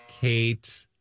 Kate